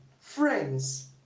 Friends